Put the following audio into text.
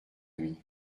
ami